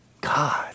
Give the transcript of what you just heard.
God